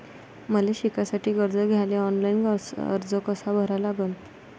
मले शिकासाठी कर्ज घ्याले ऑनलाईन अर्ज कसा भरा लागन?